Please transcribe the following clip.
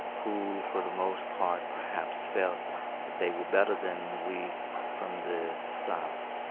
who for the most part perhaps felt that they were better than we from the south,